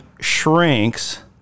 shrinks